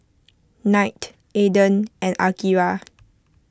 Knight Aden and Akira